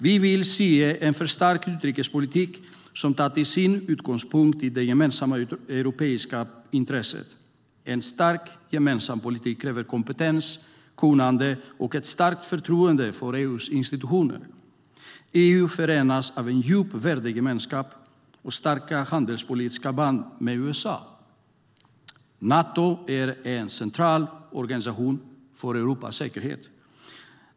Vi vill se en förstärkt utrikespolitik som tar sin utgångspunkt i det gemensamma europeiska intresset. En stärkt gemensam politik kräver kompetens, kunnande och ett stärkt förtroende för EU:s institutioner. EU förenas av en djup värdegemenskap och starka handelspolitiska band med USA. Nato är en central organisation för Europas säkerhet.